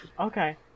Okay